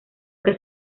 que